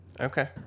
Okay